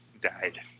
Died